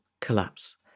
collapse